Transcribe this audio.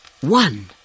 one